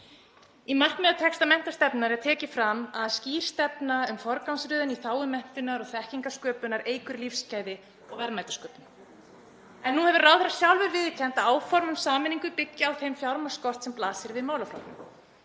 Í markmiðatexta menntastefnunnar er tekið fram að skýr stefna um forgangsröðun í þágu menntunar og þekkingarsköpunar auki lífsgæði og verðmætasköpun. En nú hefur ráðherra sjálfur viðurkennt að áform um sameiningu byggist á þeim fjármagnsskorti sem blasir við málaflokknum.